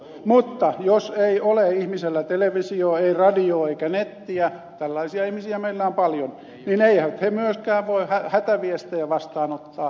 mutta jos ei ole ihmisellä televisiota ei radiota eikä nettiä tällaisia ihmisiä meillä on paljon niin eivät he myöskään voi hätäviestejä vastaanottaa